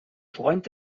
freund